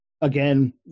Again